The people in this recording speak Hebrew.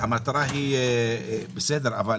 המטרה טובה,